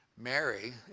Mary